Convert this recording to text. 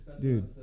dude